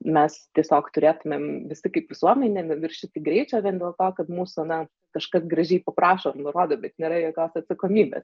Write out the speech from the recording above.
mes tiesiog turėtumėm visi kaip visuomenė neviršyti greičio vien dėl to kad mūsų na kažkas gražiai paprašo nurodo bet nėra jokios atsakomybės